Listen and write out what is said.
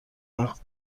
وقت